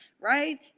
right